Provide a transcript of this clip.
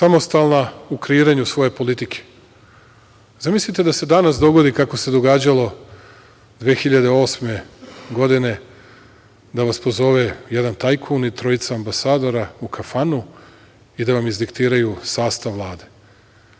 samostalna u kreiranju svoje politike. Zamislite da se danas dogodi, kako se događalo 2008. godine, da vas pozove jedan tajkun i trojica ambasadora u kafanu i da vam izdiktiraju sastav Vlade.